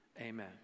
Amen